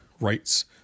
rights